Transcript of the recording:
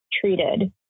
treated